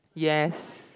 yes